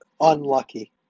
Unlucky